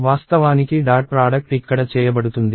వాస్తవానికి dot product ఇక్కడ చేయబడుతుంది